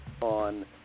on